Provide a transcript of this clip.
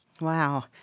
Wow